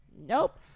Nope